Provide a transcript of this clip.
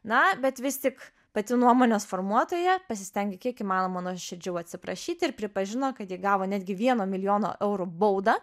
na bet vis tik pati nuomonės formuotoja pasistengė kiek įmanoma nuoširdžiau atsiprašyti ir pripažino kad ji gavo netgi vieno milijono eurų baudą